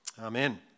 Amen